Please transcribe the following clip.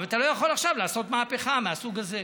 אבל אתה לא יכול עכשיו לעשות מהפכה מהסוג הזה.